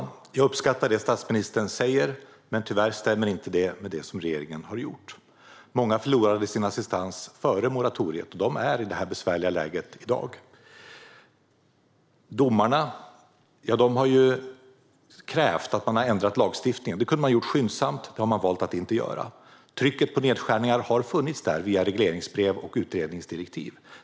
Herr talman! Jag uppskattar det statsministern säger, men tyvärr stämmer inte det med vad regeringen har gjort. Många förlorade sin assistans före moratoriet, och de är i detta besvärliga läge i dag. Domarna har krävt att man har ändrat lagstiftningen, och det kunde man ha gjort skyndsamt. Men det valde man att inte göra. Trycket på nedskärningar har funnits där via regleringsbrev och utredningsdirektiv.